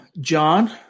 John